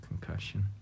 concussion